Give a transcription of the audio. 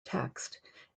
text